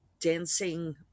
dancing